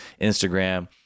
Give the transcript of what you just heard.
Instagram